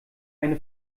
eine